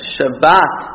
Shabbat